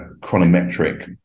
chronometric